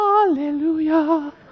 Hallelujah